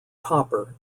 copper